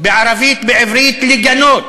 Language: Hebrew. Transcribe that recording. בערבית, בעברית, לגנות